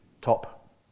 Top